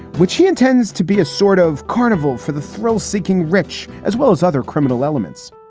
which he intends to be a sort of carnival for the thrill seeking rich as well as other criminal elements.